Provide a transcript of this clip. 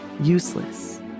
useless